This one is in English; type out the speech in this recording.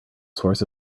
source